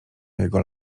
jego